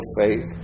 faith